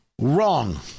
wrong